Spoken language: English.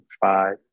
five